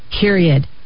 period